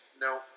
No